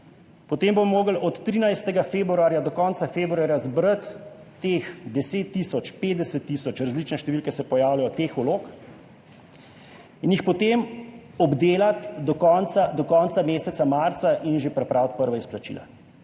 Potem bomo mogli od 13. februarja do konca februarja zbrati 10 tisoč, 50 tisoč, različne številke se pojavljajo, teh vlog in jih potem obdelati do konca meseca marca in že pripraviti prva izplačila.